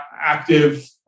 active